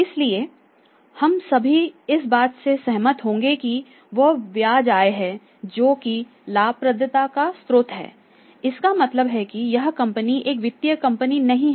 इसलिए हम सभी इस बात से सहमत होंगे कि वो ब्याज आय है जो कि लाभप्रदता का स्रोत है इसका मतलब है कि यह कंपनी एक वित्तीय कंपनी नहीं है